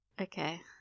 Okay